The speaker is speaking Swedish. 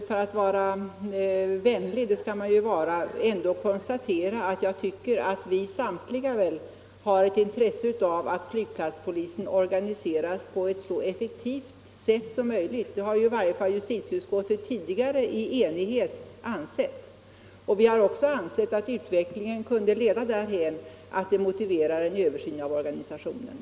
För att vara vänlig — det skall man ju vara — vill jag ändå understryka att vi väl samtliga har ett intresse av att Nygplatspolisen organiseras på ett så effektivt sätt som möjligt; det har i varje fall justitieutskottet tidigare i enighet ansett. Vi har också ansett att utvecklingen kan leda därhän att den motiverar en översyn av organisationen.